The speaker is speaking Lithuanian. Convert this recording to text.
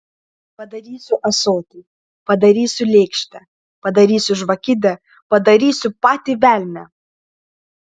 padarysiu ąsotį padarysiu lėkštę padarysiu žvakidę padarysiu patį velnią